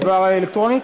אלקטרונית?